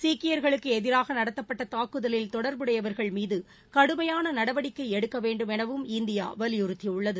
சீக்கியர்களுக்கு எதிராக நடத்தப்பட்ட தாக்குதலில் தொடர்புடையவர்கள் மீது கடுமையான நடவடிக்கை எடுக்க வேண்டும் எனவும் இந்தியா வலியுறுத்தியுள்ளது